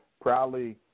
proudly